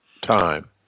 time